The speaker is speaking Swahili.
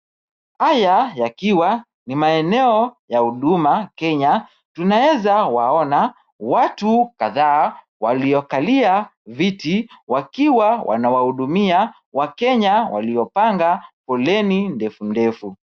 Haya yakiwa ni maeneo ya huduma Kenya tunawezawaona watu kadhaa waliokalia viti wakiwa wanawahudumia wakenya waliopanga foleni ndefu ndefu.